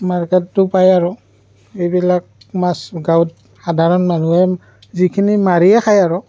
মাৰ্কেটটো পায় আৰু সেইবিলাক মাছ গাঁওত সাধাৰণ মানুহে যিখিনি মাৰিয়ে খায় আৰু